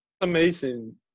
amazing